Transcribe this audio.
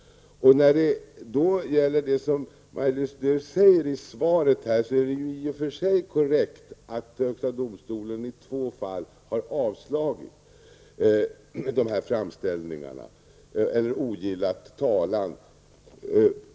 Det som Maj-Lis Lööw säger i svaret är i och för sig korrekt, att högsta domstolen i två fall har ogillat talan.